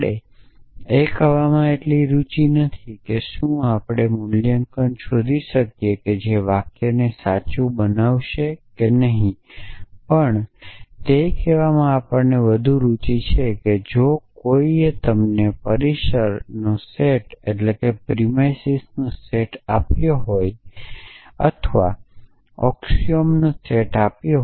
આપણે એ કહેવામાં એટલી રુચિ નથી કે શું આપણે મૂલ્યાંકન શોધી શકીએ જે વાક્યને સાચું બનાવશે કે નહીં પણ તે કહેવામાં આપણને વધુ રુચિ છે કે જો કોઈએ તમને પરિસર નો સેટ આપ્યો અથવા ઑક્સિઓમનો સેટ આપ્યો